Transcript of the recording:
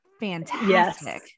fantastic